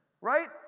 right